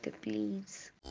please